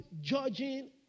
judging